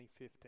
2015